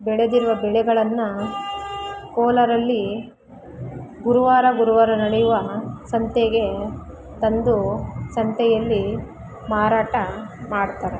ಬೆಳೆದಿರುವ ಬೆಳೆಗಳನ್ನು ಕೋಲಾರಲ್ಲಿ ಗುರುವಾರ ಗುರುವಾರ ನಡೆಯುವ ಸಂತೆಗೆ ತಂದು ಸಂತೆಯಲ್ಲಿ ಮಾರಾಟ ಮಾಡ್ತಾರೆ